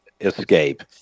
escape